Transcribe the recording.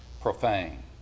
profane